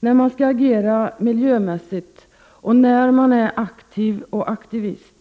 När man skall agera miljömässigt och när man är aktiv och aktivist